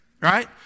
right